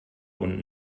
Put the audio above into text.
und